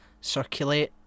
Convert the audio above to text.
circulate